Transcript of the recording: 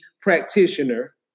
practitioner